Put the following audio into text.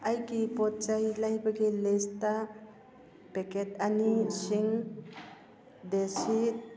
ꯑꯩꯒꯤ ꯄꯣꯠꯆꯩ ꯂꯩꯕꯒꯤ ꯂꯤꯁꯇ ꯄꯦꯀꯦꯠ ꯑꯅꯤ ꯁꯤꯡ ꯗꯦꯁꯤ